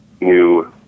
new